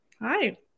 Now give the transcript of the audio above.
Hi